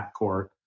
backcourt